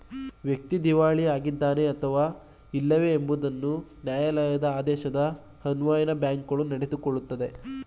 ವ್ಯಕ್ತಿ ದಿವಾಳಿ ಆಗಿದ್ದಾನೆ ಅಥವಾ ಇಲ್ಲವೇ ಎಂಬುದನ್ನು ನ್ಯಾಯಾಲಯದ ಆದೇಶದ ಅನ್ವಯ ಬ್ಯಾಂಕ್ಗಳು ನಡೆದುಕೊಳ್ಳುತ್ತದೆ